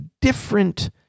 different